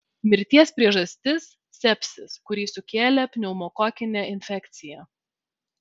mirties priežastis sepsis kurį sukėlė pneumokokinė infekcija